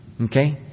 Okay